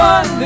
One